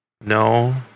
No